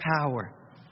power